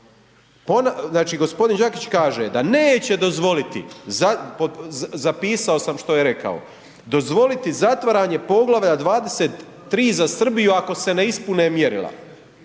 znači g. Đakić kaže, da neće dozvoliti, zapisao sam što je rekao, dozvoliti zatvaranje Poglavlja 23. za Srbiju ako se ne ispune mjerila.